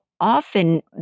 often